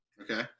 Okay